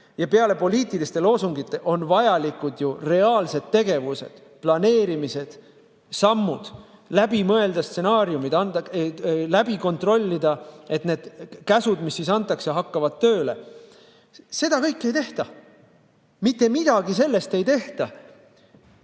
ja peale poliitiliste loosungite on vajalikud ju reaalsed tegevused, planeerimised, [on vaja] sammud läbi mõelda, stsenaariumid [koostada], läbi kontrollida, kas need käsud, mis siis antakse, hakkavad tööle. Seda kõike ei tehta. Mitte midagi sellest ei tehta.